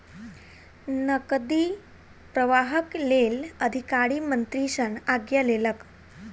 नकदी प्रवाहक लेल अधिकारी मंत्री सॅ आज्ञा लेलक